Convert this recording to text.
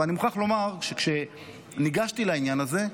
ואני מוכרח לומר שכשניגשתי לעניין הזה,